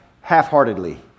half-heartedly